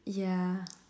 ya